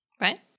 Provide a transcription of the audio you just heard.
Right